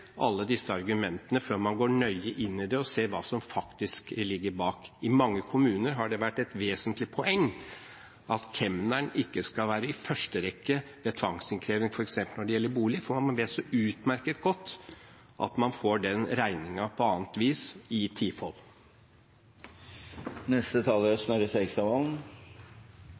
alle disse argumentene før man går nøye inn i det og ser hva som faktisk ligger bak. I mange kommuner har det vært et vesentlig poeng at kemneren ikke skal være i første rekke ved tvangsinnkreving f.eks. når det gjelder bolig, for man vet så utmerket godt at man får den regningen på annet vis i